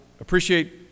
appreciate